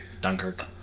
Dunkirk